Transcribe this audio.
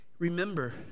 Remember